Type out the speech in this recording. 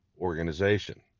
organization